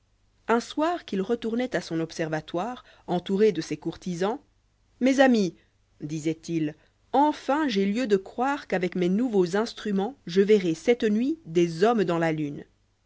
uni soir qu'il retournoit à son obrvatoiré entouré de ses courtisans mes amis disoit-il enfin j'ai lieu de croire qu'avec mes nouveaux instruments je verrai cette nuit des hommes dans la lune